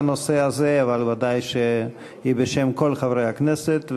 אבל ודאי שהיא בשם כל חברי הכנסת.